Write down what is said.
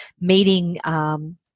meeting